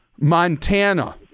Montana